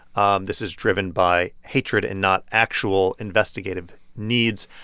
um this is driven by hatred and not actual investigative needs.